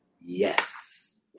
Yes